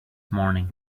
morning